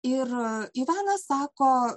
ir ivanas sako